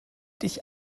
dich